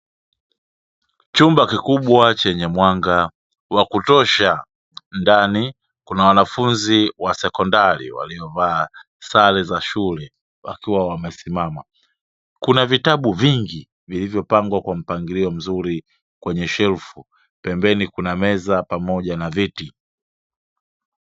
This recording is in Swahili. Chumba kikubwa chenye mwanga wa kutosha, ndani kuna wanafunzi wa sekondari waliovaa sare za shule wakiwa wamesimama. Kuna vitabu vingi vilivyopangwa kwa mpangilio mzuri kwenye shefu. Pembeni kuna meza pamoja na viti.